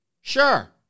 Sure